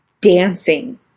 dancing